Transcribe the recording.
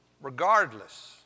regardless